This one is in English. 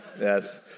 Yes